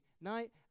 night